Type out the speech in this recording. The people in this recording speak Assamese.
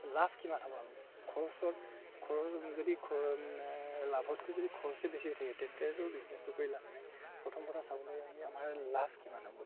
লাভ কিমান হ'ব আমি খৰচৰ খৰচ যদি লাভতকৈ যদি খৰচেই বেছি থাকে তেতিয়াহ'লেতো বিজনেচটো কৰি লাভ নাই প্ৰথম কথা চাব লাগিব আমি আমাৰ লাভ কিমান হ'ব